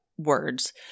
words